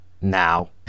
Now